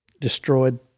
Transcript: destroyed